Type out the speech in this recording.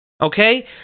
Okay